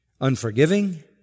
unforgiving